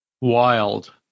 Wild